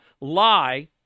lie